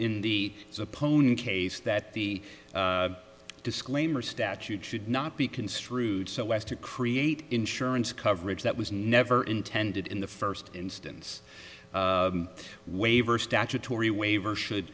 in the opponent case that the disclaimer statute should not be construed so as to create insurance coverage that was never intended in the first instance waiver statutory waiver should